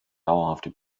dauerhafte